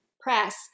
Press